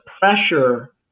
pressure